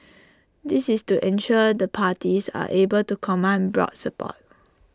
this is to ensure the parties are able to command broad support